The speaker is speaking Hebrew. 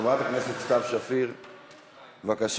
חברת הכנסת סתיו שפיר, בבקשה.